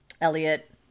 Elliot